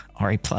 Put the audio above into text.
RE+